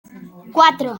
cuatro